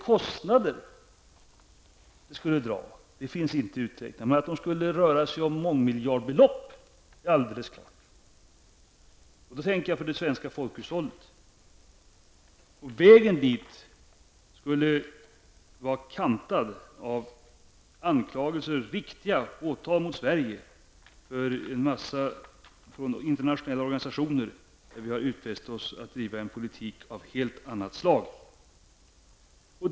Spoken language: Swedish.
Vad det skulle kosta finns inte uträknat, men att det skulle röra sig om mångmiljardbelopp är alldeles klart. Jag tänker då på det svenska folkhushållet. Och vägen dit skulle vara kantad av anklagelser och åtal mot Sverige från internationella organisationer, i vilka vi har utfäst oss att driva en politik av ett helt annat slag.